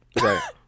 right